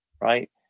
Right